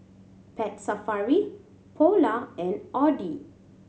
Pet Safari Polar and Audi